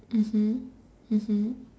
mmhmm mmhmm